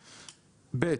".